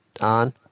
on